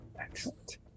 Excellent